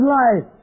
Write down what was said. life